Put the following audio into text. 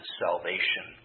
salvation